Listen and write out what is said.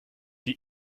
die